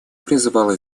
призвана